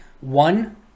One